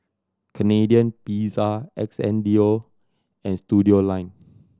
Canadian Pizza Xndo and Studioline